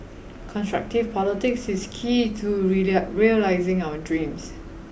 constructive politics is key to realising our dreams